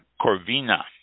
Corvina